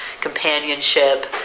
companionship